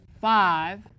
five